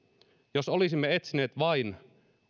jos olisimme etsineet vain